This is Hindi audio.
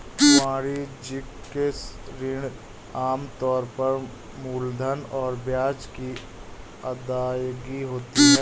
वाणिज्यिक ऋण आम तौर पर मूलधन और ब्याज की अदायगी होता है